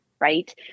right